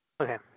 Okay